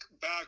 back